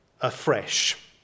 afresh